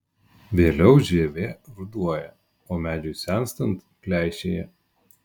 vėliau žievė ruduoja o medžiui senstant pleišėja